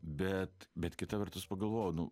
bet bet kita vertus pagalvojau nu